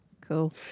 Cool